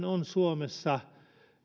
on suomessa